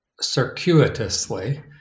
Circuitously